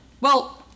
Well-